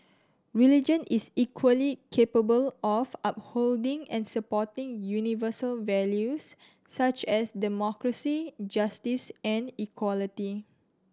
religion is equally capable of upholding and supporting universal values such as democracy justice and equality